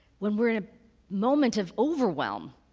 when we're in a moment of overwhelm,